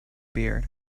beard